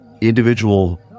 individual